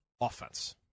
offense